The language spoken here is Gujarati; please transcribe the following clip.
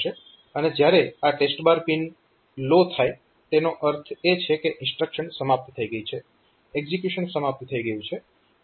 અને જ્યારે આ TEST પિન લો થાય છે તેનો અર્થ એ છે કે ઇન્સ્ટ્રક્શન સમાપ્ત થઈ ગઈ છે એક્ઝીક્યુશન સમાપ્ત થઈ ગયું છે